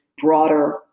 broader